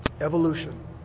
evolution